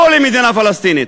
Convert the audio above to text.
לא למדינה פלסטינית,